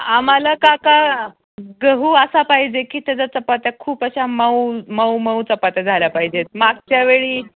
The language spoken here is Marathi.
आम्हाला का का गहू असा पाहिजे की त्याच्या चपात्या खूप अशा मऊ मऊ मऊ चपात्या झाल्या पाहिजेत मागच्यावेळी